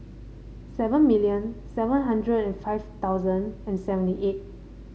seven million seven hundred and five thousand and seventy eight